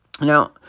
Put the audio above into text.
Now